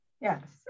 Yes